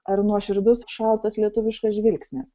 ar nuoširdus šaltas lietuviškas žvilgsnis